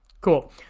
Cool